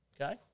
Okay